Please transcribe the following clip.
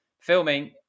filming